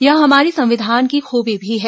यही हमारे संविधान की खूबी भी है